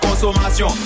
consommation